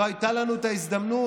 לא הייתה לנו ההזדמנות,